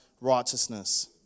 righteousness